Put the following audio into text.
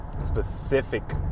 specific